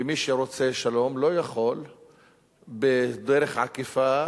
ומי שרוצה שלום לא יכול בדרך עקיפה,